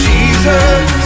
Jesus